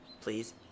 please